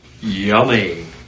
Yummy